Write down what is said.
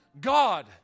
God